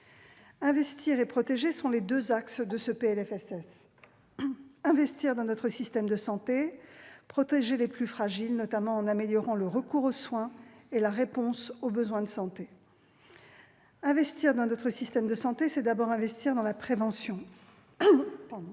Investir et protéger sont les deux axes de ce projet de loi : investir dans notre système de santé, d'une part, protéger les plus fragiles, notamment en améliorant le recours aux soins et la réponse aux besoins de santé, d'autre part. Investir dans notre système de santé, c'est d'abord investir dans la prévention. J'ai